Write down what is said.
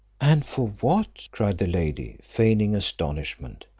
and for what, cried the lady, feigning astonishment,